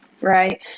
right